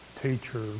teacher